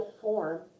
form